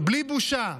בלי בושה.